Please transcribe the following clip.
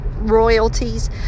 royalties